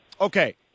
Okay